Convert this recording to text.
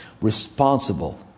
responsible